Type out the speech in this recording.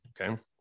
okay